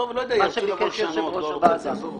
מה שביקש יושב-ראש הוועדה.